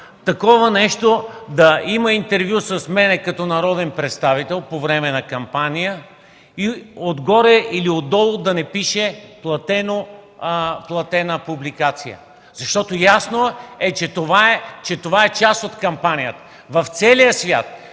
такова нещо – да има интервю с мен като народен представител по време на кампания и отгоре или отдолу да не пише „платена публикация”, защото е ясно, че това е част от кампанията! В целия свят,